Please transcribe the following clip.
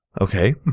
Okay